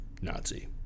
Nazi